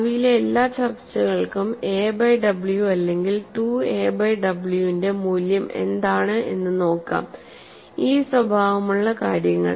ഭാവിയിലെ എല്ലാ ചർച്ചകൾക്കുംഎ ബൈ w അല്ലെങ്കിൽ 2 എ ബൈ w ന്റെ മൂല്യം എന്താണ് എന്ന് നോക്കാം ഈ സ്വഭാവമുള്ള കാര്യങ്ങൾ